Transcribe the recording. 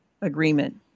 Agreement